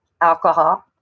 alcohol